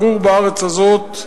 גור בארץ הזאת,